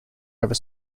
over